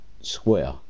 square